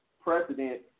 precedent